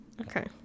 Okay